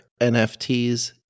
NFTs